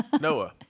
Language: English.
Noah